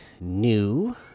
new